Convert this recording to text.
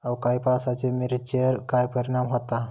अवकाळी पावसाचे मिरचेर काय परिणाम होता?